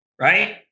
right